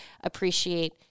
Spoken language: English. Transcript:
appreciate